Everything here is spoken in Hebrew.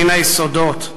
מן היסודות.